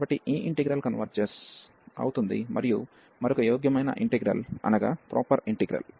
కాబట్టి ఈ integral convergence అవుతుంది మరియు మరొక ప్రాపర్ ఇంటిగ్రల్